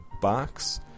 box